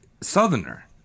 Southerner